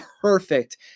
perfect